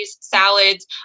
salads